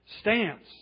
stance